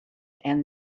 and